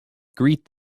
greet